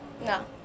No